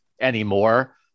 anymore